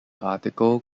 article